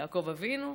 יעקב אבינו,